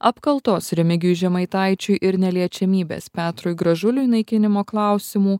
apkaltos remigijui žemaitaičiui ir neliečiamybės petrui gražuliui naikinimo klausimų